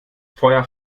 feuer